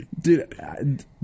Dude